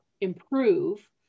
improve